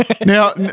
Now